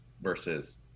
versus